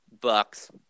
bucks